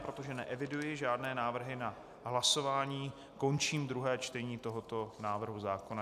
Protože neeviduji žádné návrhy na hlasování, končím druhé čtení tohoto návrhu zákona.